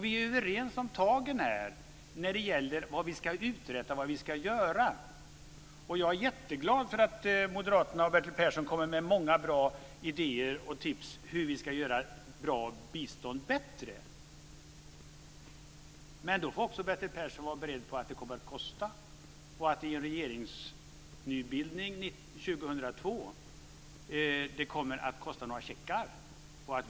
Vi är överens om vad vi ska uträtta och vad vi ska göra. Jag är jätteglad för att Moderaterna och Bertil Persson kommer med många bra idéer och tips på hur vi ska kunna göra bra bistånd bättre. Men då får också Bertil Persson vara beredd på att det kommer att kosta. I en regeringsnybildning 2002 kommer det att kosta några checkar.